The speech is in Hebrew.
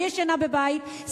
אני ישנה בבית,